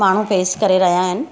माण्हू फेस करे रहिया आहिनि